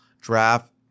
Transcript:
draft